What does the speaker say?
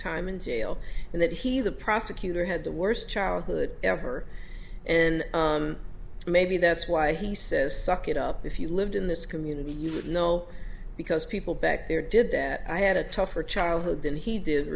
time in jail and that he the prosecutor had the worst childhood ever and maybe that's why he says suck it up if you lived in this community you would know because people back there did that i had a tougher childhood than he did